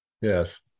Yes